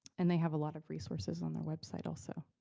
and they have a lot of resources on their website, also.